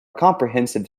comprehensive